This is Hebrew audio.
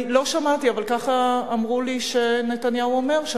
אני לא שמעתי, אבל ככה אמרו לי שנתניהו אומר.